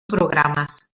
programes